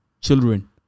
children